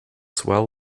swell